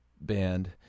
band